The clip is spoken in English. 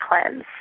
cleanse